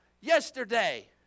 yesterday